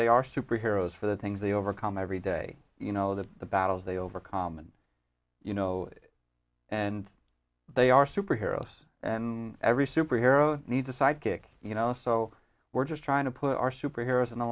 they are super heroes for the things they overcome every day you know the battles they overcome and you know and they are super heroes and every super hero needs a sidekick you know so we're just trying to put our superheroes in the